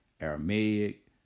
Aramaic